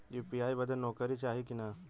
UPI बदे नौकरी चाही की ना?